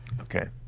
Okay